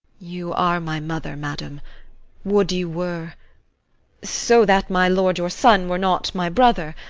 you are my mother, madam would you were so that my lord your son were not my brother